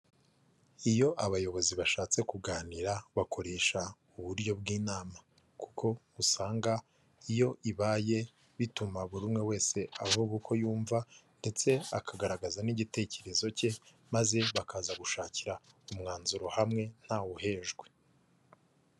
Ayo abayobozi bashatse kuganira bakoresha uburyo bw'inama, kuko usanga iyo ibaye bituma buri umwe wese a avuga uko yumva, ndetse akagaragaza n'igitekerezo cye, maze bakaza gushakira umwanzuro hamwe ntawe uhejwe.